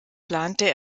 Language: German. plante